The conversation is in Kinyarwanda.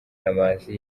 kamanzi